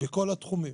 בכל התחומים.